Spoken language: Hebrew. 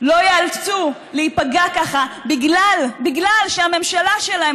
לא ייאלצו להיפגע ככה בגלל שהממשלה שלהם